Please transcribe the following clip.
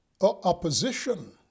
opposition